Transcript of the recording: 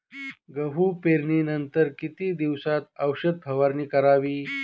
गहू पेरणीनंतर किती दिवसात औषध फवारणी करावी?